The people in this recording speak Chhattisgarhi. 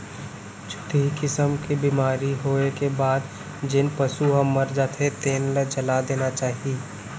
छुतही किसम के बेमारी होए के बाद जेन पसू ह मर जाथे तेन ल जला देना चाही